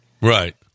Right